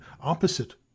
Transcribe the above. opposite